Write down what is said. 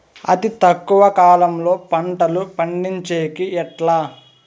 అతి తక్కువ కాలంలో పంటలు పండించేకి ఎట్లా?